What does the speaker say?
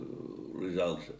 results